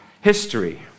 history